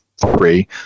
three